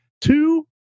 two